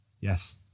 Yes